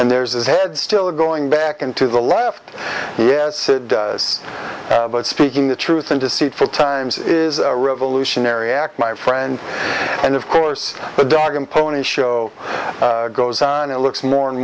and there's the head still going back into the left yes it does but speaking the truth and deceitful times is a revolutionary act my friend and of course the dog and pony show goes on it looks more and